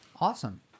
awesome